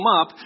up